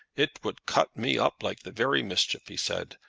it would cut me up like the very mischief, he said.